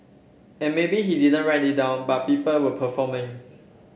and maybe he didn't write it down but people were performing